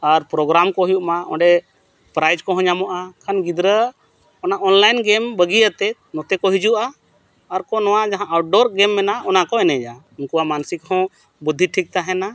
ᱟᱨ ᱠᱚ ᱦᱩᱭᱩᱜ ᱢᱟ ᱚᱸᱰᱮ ᱠᱚᱦᱚᱸ ᱧᱟᱢᱚᱜᱼᱟ ᱠᱷᱟᱱ ᱜᱤᱫᱽᱨᱟᱹ ᱚᱱᱟ ᱵᱟᱹᱜᱤ ᱠᱟᱛᱮᱫ ᱱᱚᱛᱮ ᱠᱚ ᱦᱤᱡᱩᱜᱼᱟ ᱟᱨ ᱠᱚ ᱱᱚᱣᱟ ᱡᱟᱦᱟᱸ ᱢᱮᱱᱟᱜᱼᱟ ᱚᱱᱟ ᱠᱚ ᱮᱱᱮᱡᱟ ᱩᱱᱠᱩᱣᱟᱜ ᱢᱟᱱᱥᱤᱠ ᱦᱚᱸ ᱵᱩᱫᱽᱫᱷᱤ ᱴᱷᱤᱠ ᱛᱟᱦᱮᱱᱟ